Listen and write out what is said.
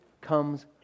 comes